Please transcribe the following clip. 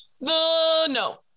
No